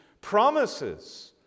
promises